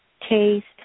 taste